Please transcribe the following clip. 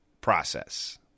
process